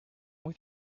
with